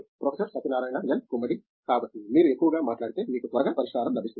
professor Satyanarayana N Gummadi కాబట్టి మీరు ఎక్కువగా మాట్లాడితే మీకు త్వరగా పరిష్కారం లభిస్తుంది